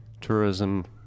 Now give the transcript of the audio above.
tourism